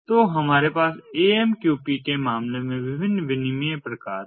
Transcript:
तो हमारे पास AMQP के मामले में विभिन्न विनिमय प्रकार हैं